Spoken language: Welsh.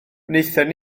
wnaethon